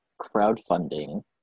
crowdfunding